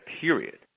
period